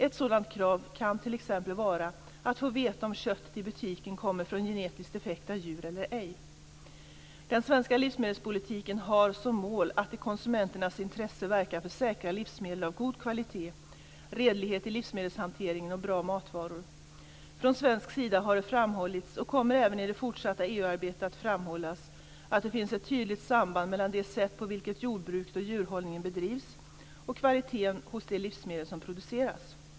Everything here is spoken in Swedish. Ett sådant krav kan t.ex. vara att få veta om köttet i butiken kommer från genetiskt defekta djur eller ej. Den svenska livsmedelspolitiken har som mål att i konsumenternas intresse verka för säkra livsmedel av god kvalitet, redlighet i livsmedelshanteringen och bra matvanor. Från svensk sida har det framhållits, och kommer även i det fortsatta EU-arbetet att framhållas, att det finns ett tydligt samband mellan det sätt på vilket jordbruket och djurhållningen bedrivs och kvaliteten hos de livsmedel som produceras.